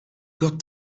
got